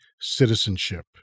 citizenship